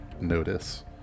notice